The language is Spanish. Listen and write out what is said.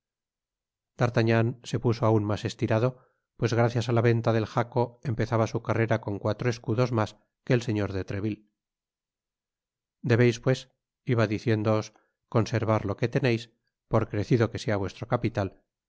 d'artagnan se puso aun mas estirado pues gracias á la venta def jaco empezaba su carrera con cuatro escudos mas que el señor de treville debeis pues iba diciéndoos conservarlo que teneis por crecido que sea vuestro capital